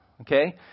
Okay